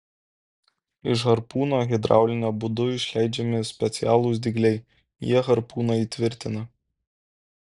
iš harpūno hidrauliniu būdu išleidžiami specialūs dygliai jie harpūną įtvirtina